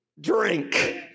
drink